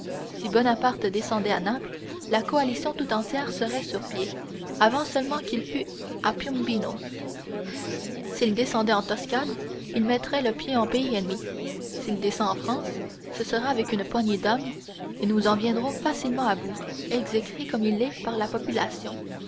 si bonaparte descendait à naples la coalition tout entière serait sur pied avant seulement qu'il fût à piombino s'il descendait en toscane il mettrait le pied en pays ennemi s'il descend en france ce sera avec une poignée d'hommes et nous en viendrons facilement à bout exécré comme il l'est par la population